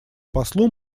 послу